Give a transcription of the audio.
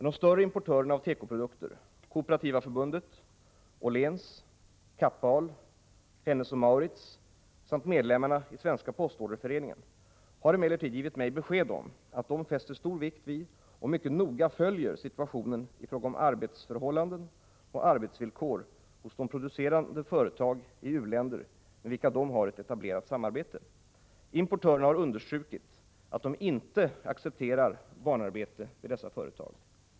De större importörerna av tekoprodukter — KF, Åhléns, Kapp-Ahl och Hennes & Mauritz samt medlemmar i Svenska postorderföreningen — har emellertid givit mig besked om att de fäster stor vikt vid och mycket noga följer situationen i fråga om arbetsförhållanden och arbetsvillkor hos de producerande företag i u-länder med vilka de har ett etablerat samarbete. Importörerna har understrukit att de inte accepterar barnarbete vid dessa företag.